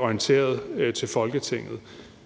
orienteret til Folketinget